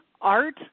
art